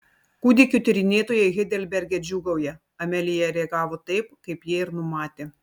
kūdikių tyrinėtojai heidelberge džiūgauja amelija reagavo taip kaip jie ir numatė